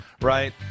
right